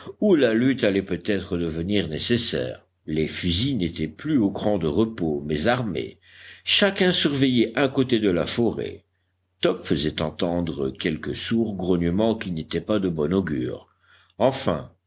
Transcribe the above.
où la lutte allait peut-être devenir nécessaire les fusils n'étaient plus au cran de repos mais armés chacun surveillait un côté de la forêt top faisait entendre quelques sourds grognements qui n'étaient pas de bon augure enfin